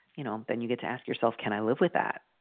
you know? then you get to ask yourself, can i live with that?